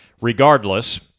regardless